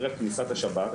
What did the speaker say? ערב כניסת השבת,